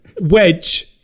wedge